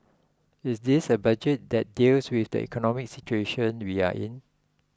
is this a budget that deals with the economic situation we are in